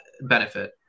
benefit